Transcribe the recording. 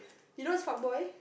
you know what's fuck boy